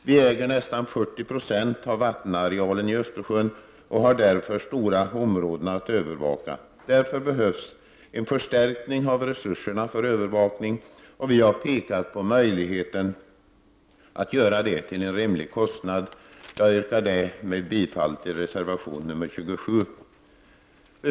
Vi äger nästan 40 9 av vattenarealen i Östersjön och har därför stora områden att övervaka. Det behövs en förstärkning av resurserna för övervakning. Vi har pekat på möjligheten att göra detta till en rimlig kostnad. Jag yrkar bifall till reservation 27.